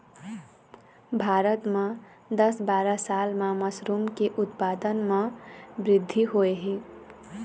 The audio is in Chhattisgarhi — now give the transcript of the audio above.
भारत म दस बारा साल म मसरूम के उत्पादन म बृद्धि होय हे